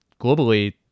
globally